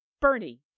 Bernie